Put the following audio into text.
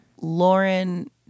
Lauren